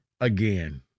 again